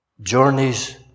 journeys